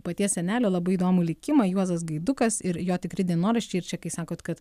paties senelio labai įdomų likimą juozas gaidukas ir jo tikri dienoraščiai ir čia kai sakot kad